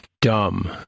dumb